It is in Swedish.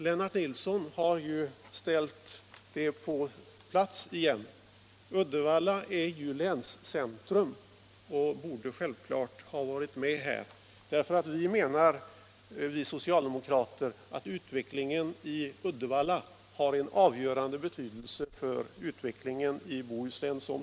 Lennart Nilsson har ju ställt det till rätta — Uddevalla är ju länscentrum och borde självfallet ha varit med i detta sammanhang. Vi socialdemokrater menar att utvecklingen i Uddevalla har en avgörande betydelse för utvecklingen i Bohuslän.